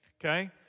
okay